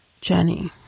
Jenny